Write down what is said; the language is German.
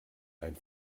ein